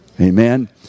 Amen